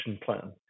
plan